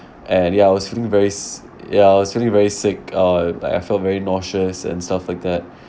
and ya I was feeling very si~ I was feeling very sick uh I felt very nauseous and stuff like that